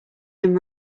them